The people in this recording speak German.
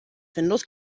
findus